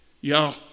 y'all